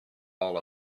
all